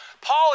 Paul